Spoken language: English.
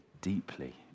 deeply